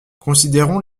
considérons